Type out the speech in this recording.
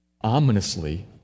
Ominously